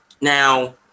Now